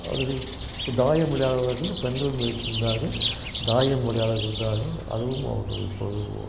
அடுத்து தாயம் விளையாடுபவர்கள் பெண்களும் இருக்கின்றார்கள் தாயம் விளையாடுகின்றார்கள் அதுவும் அவர்களுடைய பொழுதுபோக்கு